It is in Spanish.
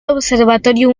observatorio